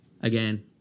again